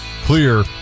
clear